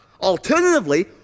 alternatively